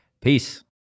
Peace